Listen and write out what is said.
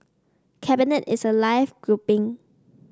cabinet is a live grouping